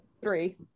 Three